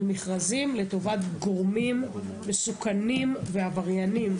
מכרזים לטובת גורמים מסוכנים ועבריינים,